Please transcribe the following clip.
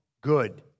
good